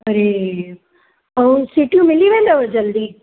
अड़े ऐं सिटूं मिली वेंदव जल्दी